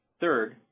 Third